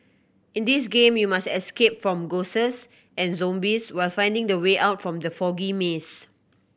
in this game you must escape from ghosts and zombies while finding the way out from the foggy maze